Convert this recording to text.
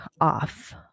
off